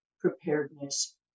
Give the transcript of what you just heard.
preparedness